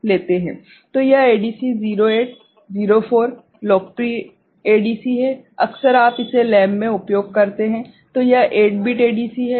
तो यह ADC ADC 0804 लोकप्रिय है अक्सर आप इसे लैब में उपयोग करते हैं तो यह 8 बिट एडीसी है